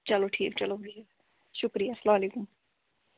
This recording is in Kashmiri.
چَلو ٹھیٖک چَلو بِہِو شُکریہ اسلام علیکُم